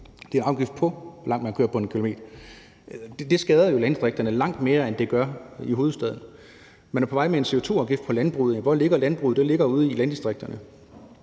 det er en afgift, i forhold til hvor mange kilometer man kører . Det skader jo landdistrikterne langt mere, end det skader hovedstaden. Man er på vej med en CO2-afgift på landbruget. Hvor ligger landbruget? Det ligger ude i landdistrikterne.